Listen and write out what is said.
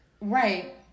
Right